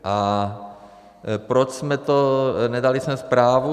A proč jsme nedali zprávu?